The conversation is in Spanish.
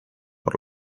por